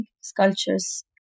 sculptures